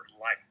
light